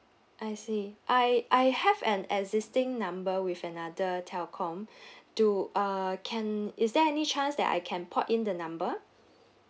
I see I I have an existing number with another telcom do uh can is there any chance that I can port in the number